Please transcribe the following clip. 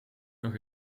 nog